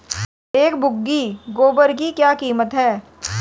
एक बोगी गोबर की क्या कीमत है?